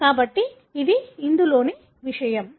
కాబట్టి ఇది ఇందులోని విషయం